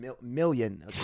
million